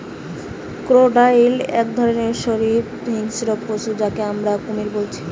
crocodile এক ধরণের সরীসৃপ হিংস্র পশু যাকে আমরা কুমির বলছি